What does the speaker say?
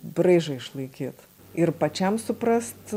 braižą išlaikyt ir pačiam suprast